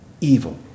Evil